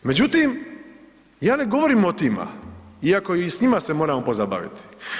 Međutim, ja ne govorim o tima iako i s njima se moramo pozabaviti.